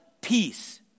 peace